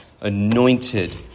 anointed